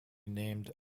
named